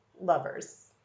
Lovers